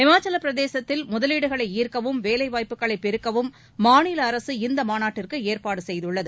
இமாச்சலப்பிரதேசத்தில் முதலீடுகளை ார்க்கவும் வேலைவாய்ப்புகளை பெருக்கவும் மாநில அரசு இந்த மாநாட்டுக்கு ஏற்பாடு செய்துள்ளது